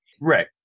Right